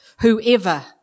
Whoever